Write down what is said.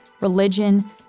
religion